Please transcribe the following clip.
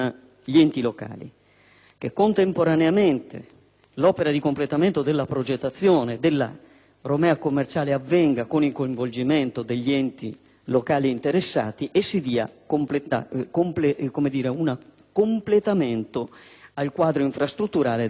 gli enti locali, che l'opera di completamento della progettazione della Romea commerciale avvenga con il coinvolgimento degli enti locali interessati e che si completi il quadro infrastrutturale della Venezia Sud.